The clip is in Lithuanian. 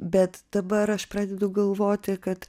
bet dabar aš pradedu galvoti kad